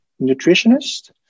nutritionist